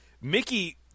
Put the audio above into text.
Mickey